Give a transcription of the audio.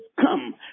come